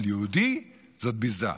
אבל אצל יהודי זה ביזה.